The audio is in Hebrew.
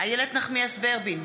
איילת נחמיאס ורבין,